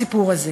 בסיפור הזה.